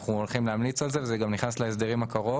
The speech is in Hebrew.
ואנחנו הולכים להמליץ על זה וזה גם נכנס לחוק ההסדרים הקרוב,